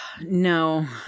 No